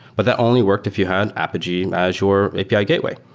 but that only worked if you had apogee as your api gateway,